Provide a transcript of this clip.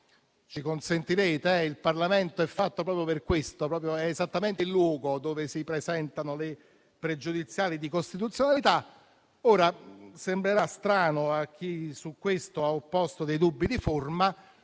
lo consentirete, il Parlamento è fatto proprio per questo, è esattamente il luogo dove si presentano le pregiudiziali di costituzionalità); sembrerà strano a chi su questo ha opposto dubbi di forma,